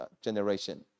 generation